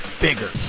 Bigger